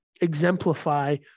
exemplify